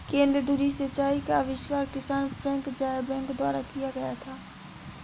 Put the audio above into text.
केंद्र धुरी सिंचाई का आविष्कार किसान फ्रैंक ज़ायबैक द्वारा किया गया था